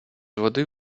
води